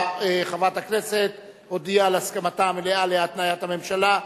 חברת הכנסת הודיעה על הסכמתה המלאה להתניית הממשלה.